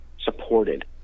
supported